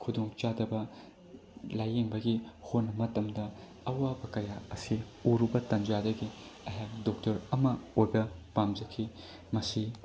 ꯈꯨꯗꯣꯡ ꯆꯥꯗꯕ ꯂꯥꯏꯌꯦꯡꯕꯒꯤ ꯍꯣꯠꯅ ꯃꯇꯝꯗ ꯑꯋꯥꯕ ꯀꯌꯥ ꯑꯁꯦ ꯎꯔꯨꯕ ꯇꯟꯖꯥꯗꯒꯤ ꯑꯩꯍꯥꯛ ꯗꯣꯛꯇꯔ ꯑꯃ ꯑꯣꯏꯕ ꯄꯥꯝꯖꯈꯤ ꯃꯁꯤ